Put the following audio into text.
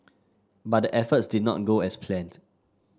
but the efforts did not go as planned